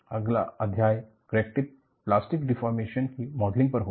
अगला अध्याय crack tip plastic deformation की मॉडलिंग पर होगा